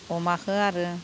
अमाखौ आरो